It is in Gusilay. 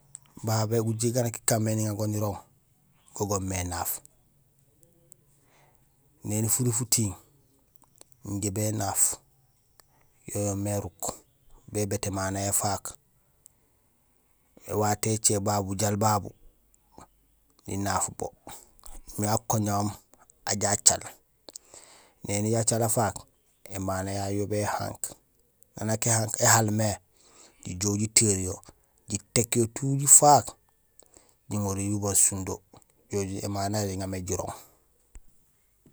Babé gujéék gaan nak ikaan mé niŋa go nirooŋ, go goomé énaaf. Néni furi futiiŋ, injé bénaaf yo yoomé éruk; bébéét émano yayu ifaak, éwato écé babu bujaal babu nunaaf bo imbi akoñahoom ajoow acaal. Néni acaal afaak émano yayu yo béhank. Naan nak éhaal mé jijoow jiteer yo jitéék yo tout jifaak jiŋoruyo jibang sindo; do émano yayu inja jiŋa mé jirooŋ.